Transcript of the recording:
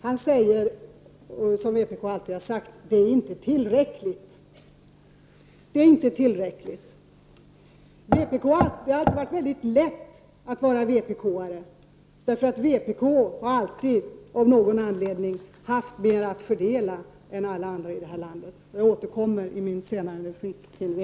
Han säger, som vpk alltid har sagt: ”Det är inte tillräckligt.” Det har alltid varit lätt att vara vpk-are, för vpk har av någon anledning alltid haft mera att fördela än alla andra i vårt land. Jag återkommer till vpk i en senare replik.